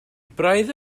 braidd